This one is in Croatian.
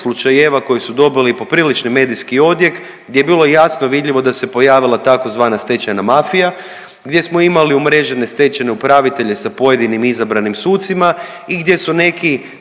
slučajeva koji su dobili poprilični medijski odjek gdje je bilo jasno vidljivo da se pojavila tzv. stečajna mafija, gdje smo imali umrežene stečajne upravitelje sa pojedinim izabranim sucima i gdje su neki